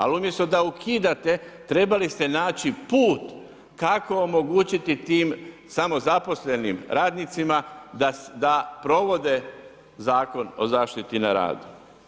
Ali umjesto da ukidate, trebali ste naći put kako omogućiti tim samozaposlenim radnicima da provode Zakon o zaštiti na radu.